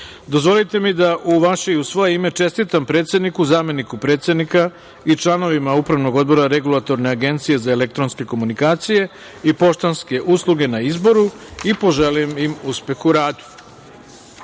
odluke. Dozvolite mi da u vaše i u svoje ime, čestitam predsedniku, zameniku predsednika i članovima Upravnog odbora Regulatorne agencije za elektronske komunikacije i poštanske usluge na izboru i poželim im uspeh u